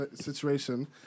situation